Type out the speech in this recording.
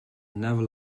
never